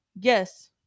Yes